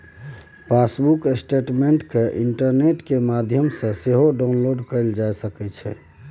passbook statement केँ internet केर माध्यमसँ सेहो डाउनलोड कएल जा सकै छै